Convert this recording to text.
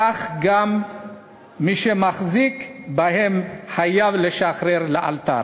כך גם מי שמחזיק בהם חייב לשחררם לאלתר.